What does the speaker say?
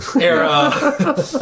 era